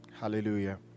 Hallelujah